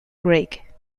greig